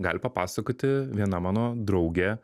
gali papasakoti viena mano draugė